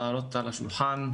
להעלות אותה על השולחן.